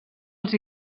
els